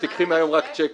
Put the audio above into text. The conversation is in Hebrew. שמהיום תיקחי רק צ'קים,